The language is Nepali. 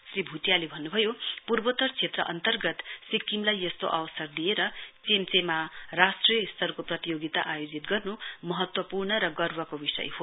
श्री भूटियाले भन्नभयो पूर्वोत्तर क्षेत्र अन्तर्गत सिक्किमलाई यस्तो अवसर दिएर चेम्चेमा राष्टिय स्तरको प्रतियोगिता आयोजित गर्नु महत्वपूर्ण र गर्वको विषय हो